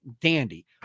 dandy